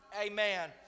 Amen